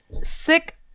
sick